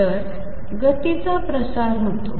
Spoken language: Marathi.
तर गतीचा प्रसार होतो